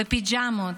בפיג'מות,